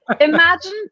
imagine